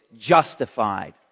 justified